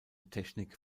technik